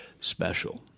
special